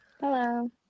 hello